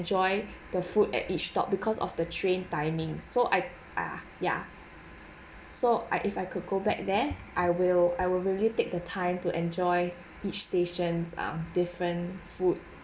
the food at each stop because of the train timings so I ah ya so I if I could go back there I will I will really take the time to enjoy each stations um different food